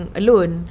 alone